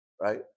right